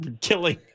killing